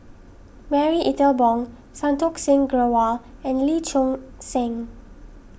Marie Ethel Bong Santokh Singh Grewal and Lee Choon Seng